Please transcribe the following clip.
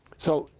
so,